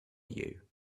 you